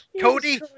Cody